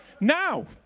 Now